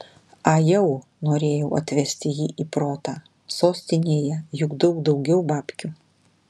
ajau norėjau atvesti jį į protą sostinėje juk daug daugiau babkių